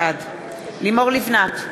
בעד לימור לבנת,